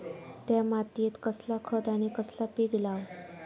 त्या मात्येत कसला खत आणि कसला पीक लाव?